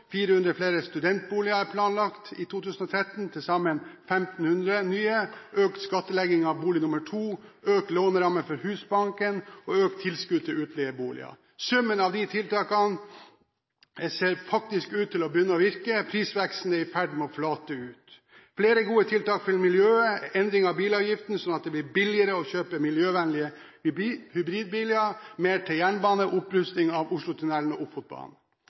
400 flere studentboliger enn planlagt i 2013, til sammen 1 500 nye økt skattlegging av bolig nummer to økte lånerammer for Husbanken og økte tilskudd til utleieboliger. Summen av tiltakene ser faktisk ut til å begynne å virke. Prisveksten er i ferd med å flate ut, det er flere gode tiltak for miljøet, endring av bilavgiften, slik at det blir billigere å kjøpe miljøvennlige hybridbiler, mer til jernbane og opprusting av Oslotunnelen og Ofotbanen.